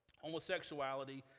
homosexuality